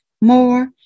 more